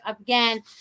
again